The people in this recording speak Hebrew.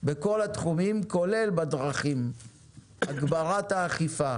בכל התחומים כולל הדרכים הגברת האכיפה